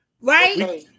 Right